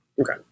Okay